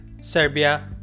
Serbia